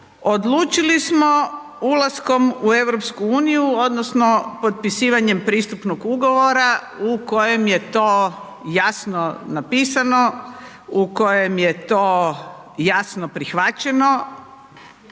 odlučili smo ulaskom u EU odnosno potpisivanjem pristupnog ugovora u kojem je to jasno napisano, u kojem je to jasno prihvaćeno